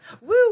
Woo